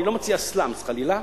אני לא מציע סלאמס חלילה,